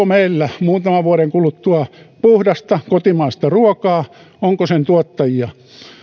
meillä muutaman vuoden kuluttua puhdasta kotimaista ruokaa onko sen tuottajia